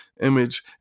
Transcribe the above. image